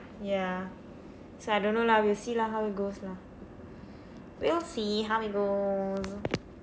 ya so I don't know lah we will see lah how it goes lah we'll see how it goes